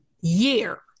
year